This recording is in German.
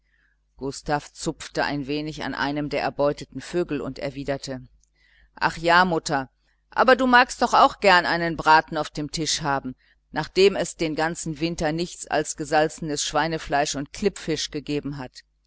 gustav zupfte ein wenig an einem der erbeuteten vögel und erwiderte ach ja mutter aber du magst doch auch gern einen braten auf dem tisch haben nachdem es den ganzen winter nichts als gesalzenes schweinefleisch und klippfisch gegeben hat